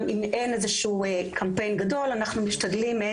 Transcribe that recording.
גם אם אין איזשהו קמפיין גדול אנחנו משתדלים כל הזמן,